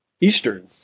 Eastern